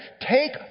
take